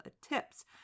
tips